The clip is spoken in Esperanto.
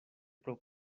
pro